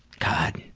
god,